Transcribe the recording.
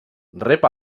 rep